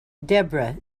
debra